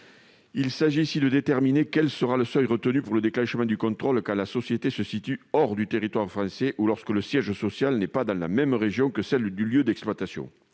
Il s'agit ici de déterminer quel sera le seuil retenu pour le déclenchement du contrôle quand la société se situe hors du territoire français ou lorsque le siège social n'est pas dans la même région que celle du lieu d'exploitation.